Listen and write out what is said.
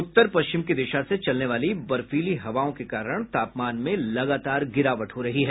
उत्तर पश्चिम की दिशा से चलने वाली बर्फीली हवाओं के कारण तापमान में लगातार गिरावट हो रही है